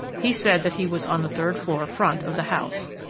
he said that he was on the third floor, front, of the house,